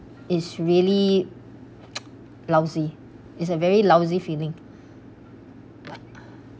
is really lousy is a very lousy feeling